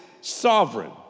sovereign